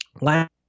last